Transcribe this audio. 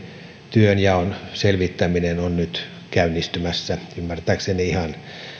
työnjaon selvittäminen on nyt käynnistymässä ymmärtääkseni ihan